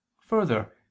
further